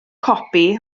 copi